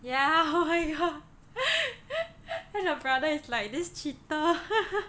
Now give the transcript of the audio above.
yeah oh my god cause the brother is like this cheater